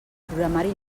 programari